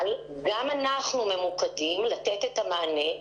אבל גם אנחנו ממוקדים לתת את המענה,